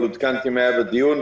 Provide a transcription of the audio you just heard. אבל עודכנתי במה היה הדיון.